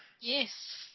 Yes